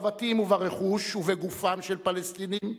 בבתים וברכוש, ובגופם של פלסטינים,